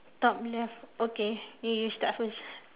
top left okay you you start first